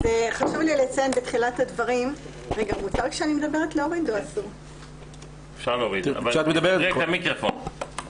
וגם הפסיקה לאורך הזמן דנה